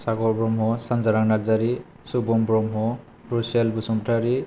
Sagar Brahma Sanjaran Narzary Subung Brahma Brusel Basumatary